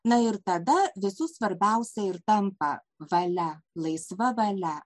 na ir tada visų svarbiausia ir tampa valia laisva valia